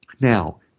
Now